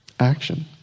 action